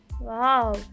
Wow